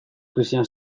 krisian